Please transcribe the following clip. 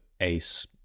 Ace